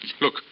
Look